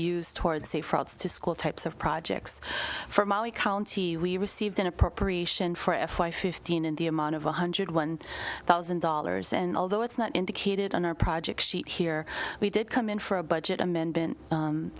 use toward safe routes to school types of projects for molly county we received an appropriation for f y fifteen in the amount of one hundred one thousand dollars and although it's not indicated on our projects here we did come in for a budget amendment